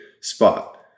spot